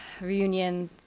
reunion